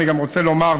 אני גם רוצה לומר,